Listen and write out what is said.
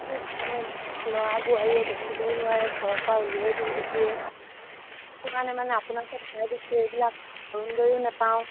এই মানে ল'ৰা বোৱাৰীয়ে দেখিবই নোৱাৰে ঘৰৰ পৰা উলিয়াই দে দিয়ে সেইটো কাৰণে মানে আপোনালোকে ধৰাই দিছোঁ এইবিলাক অৰুণোদয়ো নাপাওঁ